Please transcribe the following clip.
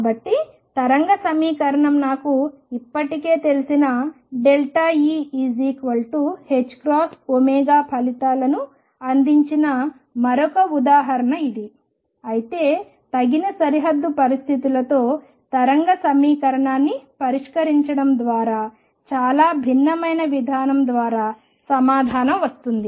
కాబట్టి తరంగ సమీకరణం నాకు ఇప్పటికే తెలిసిన E ℏω ఫలితాలను అందించిన మరొక ఉదాహరణ ఇది అయితే తగిన సరిహద్దు పరిస్థితులతో తరంగ సమీకరణాన్ని పరిష్కరించడం ద్వారా చాలా భిన్నమైన విధానం ద్వారా సమాధానం వస్తుంది